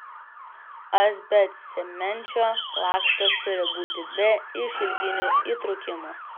asbestcemenčio lakštas turi būti be išilginių įtrūkimų